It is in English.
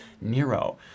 Nero